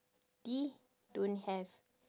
D don't have